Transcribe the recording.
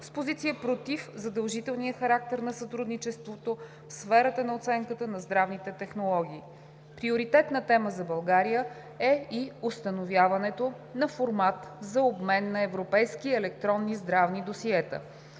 с позиция против задължителния характер на сътрудничеството в сферата на оценката на здравните технологии. Приоритетна тема за България е и установяването на формат за обмен на европейски електронни здравни досиета.